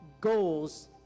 goals